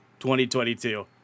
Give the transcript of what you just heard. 2022